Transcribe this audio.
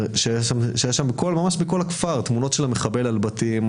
כשהיו בכל הכפר תמונות של המחבל על בתים,